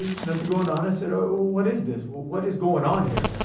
ah nothing going on. i said, oh, what is this? what what is going on here?